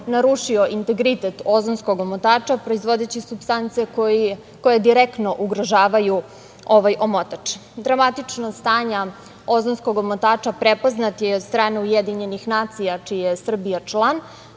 narušio integritet ozonskog omotača i proizvodeći supstance koje direktno ugrožavaju omotač. Dramatično stanje ozonskog omotača prepoznat je od strane UN, čiji je Srbija član,